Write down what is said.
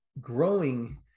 growing